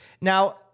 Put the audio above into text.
Now